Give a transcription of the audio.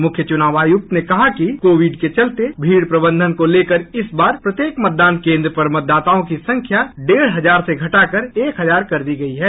मुख्य चुनाव आयुक्त ने कहा कि कोविड के चलते भीड़ प्रबंधन को लेकर इस बार प्रत्येक मतदान केन्द्र पर मतदाताओं की संख्या डेढ़ हजार से घटाकर एक हजार कर दी गयी है